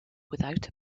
without